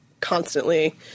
constantly